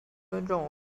尊重